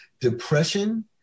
depression